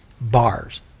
bars